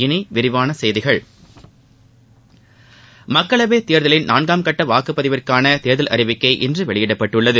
இனி விரிவான செய்திகள் மக்களவைத் தேர்தலின் நான்காம் கட்ட வாக்குப் பதிவிற்கான தேர்தல் அறிவிக்கை இன்று வெளியிடப்பட்டுள்ளது